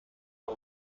the